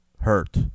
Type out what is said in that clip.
hurt